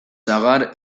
sagar